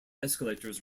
escalators